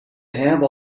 have